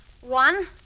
One